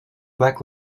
black